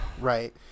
Right